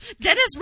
Dennis